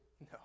No